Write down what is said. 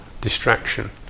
distraction